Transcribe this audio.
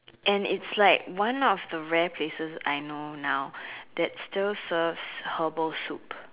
and it's like one of the rare places I know now that still serves herbal soup